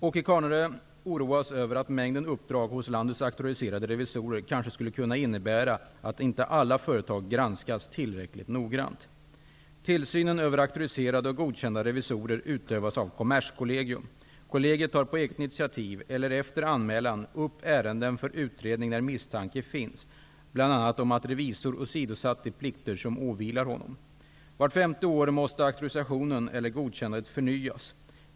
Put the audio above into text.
Åke Carnerö oroas över att mängden uppdrag hos landets auktoriserade revisorer kanske skulle kunna innebära att inte alla företag granskas tillräckligt noggrant. Tillsynen äver auktoriserade och godkända revisorer utövas av Kommerskollegium. Kollegiet tar på eget initiativ eller efter anmälan upp ärenden för utredning när misstanke finns bl.a. om att revisor åsidosatt de plikter som åvilar honom. Vart femte år måste auktorisationen eller godkännandet förnyas.